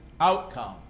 outcome